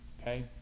okay